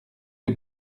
des